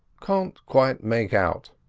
can't quite make out,